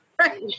right